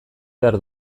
behar